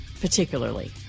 particularly